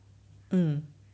mm